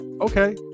okay